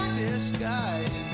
disguise